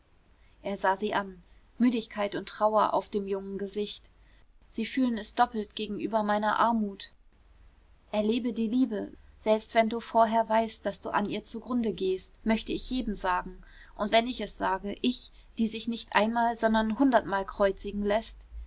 er sah sie an müdigkeit und trauer auf dem jungen gesicht sie fühlen es doppelt gegenüber meiner armut erlebe die liebe selbst wenn du vorher weißt daß du an ihr zugrunde gehst möchte ich jedem sagen und wenn ich es sage ich die sich nicht einmal sondern hundertmal kreuzigen läßt